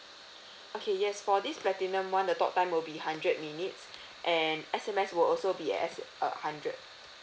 okay yes for this platinum [one] the talk time will be hundred minutes and S_M_S will also be uh as a hundred